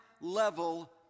level